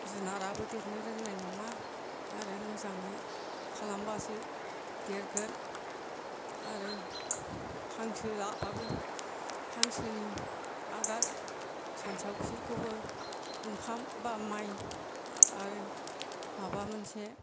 जुनाराबो देरनो रोंनाय नङा आरो मोजाङै खालामबासो देरगोन आरो हांसो लाबाबो हांसोनि आदार सानसेयाव बिसोरखौबो ओंखाम बा माइ आरो माबा मोनसे